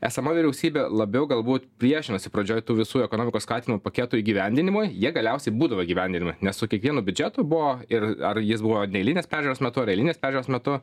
esama vyriausybė labiau galbūt priešinosi pradžioj tų visų ekonomikos skatinimo paketų įgyvendinimui jie galiausiai būdavo įgyvendinami nes su kiekvienu biudžetu buvo ir ar jis buvo neeilinės peržiūros metu ar eilinės peržiūros metu